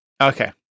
Okay